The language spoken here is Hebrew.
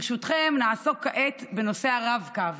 ברשותכם, נעסוק כעת בנושא הרב-קו